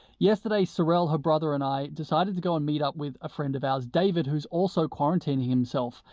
yesterday, sorel, her brother, and i decided to go and meet up with a friend of ours, david, who's also quarantining himself,